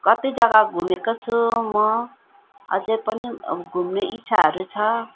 कति जग्गा घुमेको छु म अझै पनि घुम्ने इच्छाहरू छ